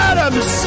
Adams